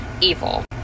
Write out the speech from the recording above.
evil